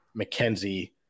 mckenzie